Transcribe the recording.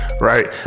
right